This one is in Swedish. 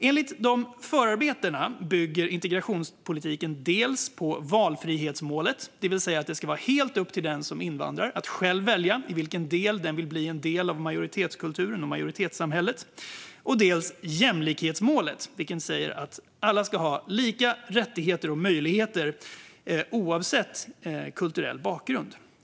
Enligt förarbetena bygger integrationspolitiken dels på valfrihetsmålet, det vill säga att det ska vara helt upp till den som invandrar att själv välja i vilken del den vill bli en del av majoritetskulturen och majoritetssamhället, dels jämlikhetsmålet, som säger att alla ska ha lika rättigheter och möjligheter, oavsett kulturell bakgrund.